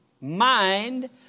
mind